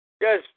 yes